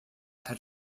had